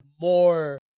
more